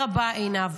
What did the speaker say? תודה רבה, עינב.